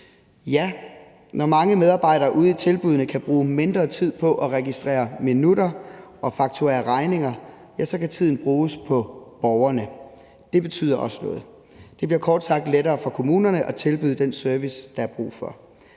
Ja, når mange medarbejdere ude i tilbuddene kan bruge mindre tid på at registrere minutter og fakturere regninger, kan tiden bruges på borgerne. Det betyder også noget. Det bliver kort sagt lettere for kommunerne at tilbyde den service, der er brug for.